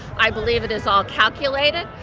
i believe it is all calculated.